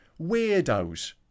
Weirdos